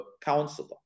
counselor